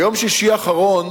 ביום שישי האחרון